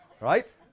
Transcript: Right